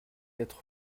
être